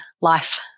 life